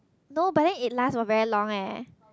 no but then it lasts for very long leh